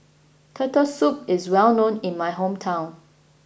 Turtle Soup is well known in my hometown